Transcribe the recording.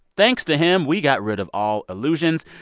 thanks to him, we got rid of all illusions.